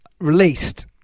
released